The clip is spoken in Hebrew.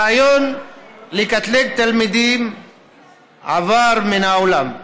הרעיון לקטלג תלמידים עבר מן העולם.